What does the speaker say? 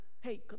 hey